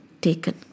taken